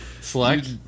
Select